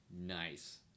nice